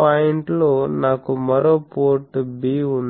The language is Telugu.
పాయింట్లో నాకు మరో పోర్ట్ 'b' ఉంది